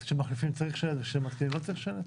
אז כשמחליפים צריך שלט וכשמתקינים לא צריך שלט.